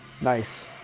Nice